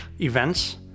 events